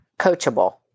coachable